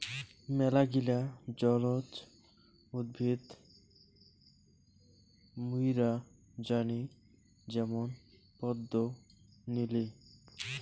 মেলাগিলা জলজ উদ্ভিদ মুইরা জানি যেমন পদ্ম, নিলি